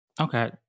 Okay